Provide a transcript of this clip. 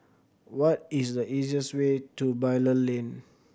what is the easiest way to Bilal Lane